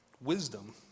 wisdom